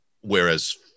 whereas